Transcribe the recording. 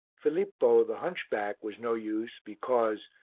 filippo, the hunchback, was no use because,